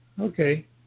okay